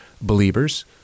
believers